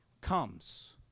comes